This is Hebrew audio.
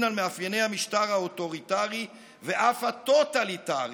על מאפייני המשטר האוטוריטרי הרי ואף הטוטליטרי,